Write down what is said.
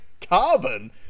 carbon